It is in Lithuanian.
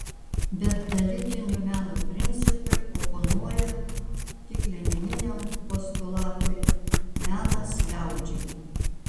bet elitinio meno principai oponuoja tik lenininiam postulatui menas liaudžiai